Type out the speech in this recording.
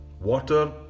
water